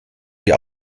wir